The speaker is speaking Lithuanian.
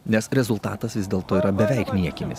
nes rezultatas vis dėlto yra beveik niekinis